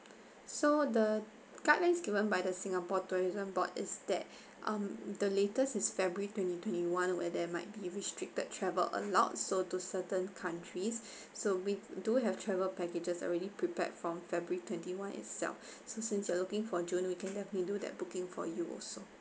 so the guides given by the singapore tourism board is that um the latest is february twenty twenty one where there might be restricted travel allow so to certain countries so we do have travel packages already prepared from february twenty one itself so since you are looking for june we can definitely do that booking for you also